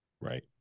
Right